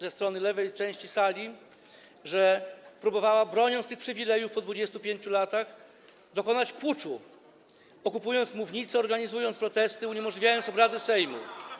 ze strony lewej części sali, że próbowała, broniąc tych przywilejów po 25 latach, dokonać puczu, okupując mównicę, organizując protesty, uniemożliwiając obrady Sejmu.